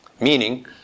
Meaning